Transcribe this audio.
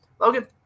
Logan